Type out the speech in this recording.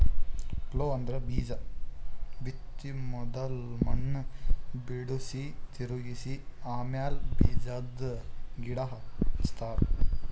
plough ಅಂದ್ರ ಬೀಜಾ ಬಿತ್ತ ಮೊದುಲ್ ಮಣ್ಣ್ ಬಿಡುಸಿ, ತಿರುಗಿಸ ಆಮ್ಯಾಲ ಬೀಜಾದ್ ಗಿಡ ಹಚ್ತಾರ